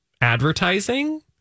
advertising